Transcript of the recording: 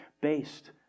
based